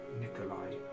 Nikolai